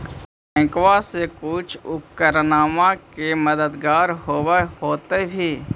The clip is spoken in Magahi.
बैंकबा से कुछ उपकरणमा के मददगार होब होतै भी?